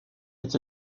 est